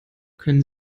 können